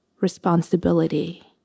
responsibility